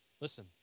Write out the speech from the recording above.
Listen